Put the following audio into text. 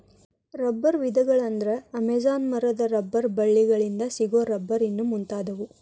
ರಬ್ಬರ ವಿಧಗಳ ಅಂದ್ರ ಅಮೇಜಾನ ಮರದ ರಬ್ಬರ ಬಳ್ಳಿ ಗಳಿಂದ ಸಿಗು ರಬ್ಬರ್ ಇನ್ನು ಮುಂತಾದವು